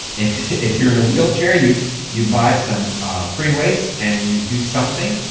if if you're in a wheelchair, you you buy some free weights and you do something,